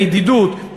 בידידות,